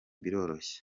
biroroshye